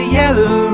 yellow